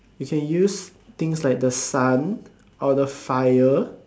you can use the things like the sun or the fire